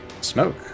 Smoke